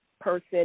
person